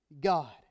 god